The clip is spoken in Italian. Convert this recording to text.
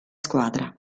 squadra